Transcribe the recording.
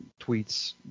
tweets